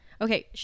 okay